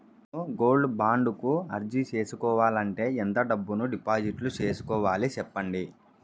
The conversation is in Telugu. నేను గోల్డ్ బాండు కు అర్జీ సేసుకోవాలంటే ఎంత డబ్బును డిపాజిట్లు సేసుకోవాలి సెప్పండి